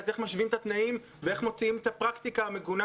אז איך משווים את התנאים ואיך מוציאים את הפרקטיקה המגונה